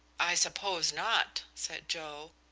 i suppose not, said joe.